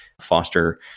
foster